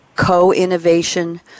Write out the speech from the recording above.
co-innovation